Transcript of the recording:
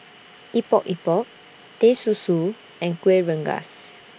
Epok Epok Teh Susu and Kuih Rengas